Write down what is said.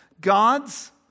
God's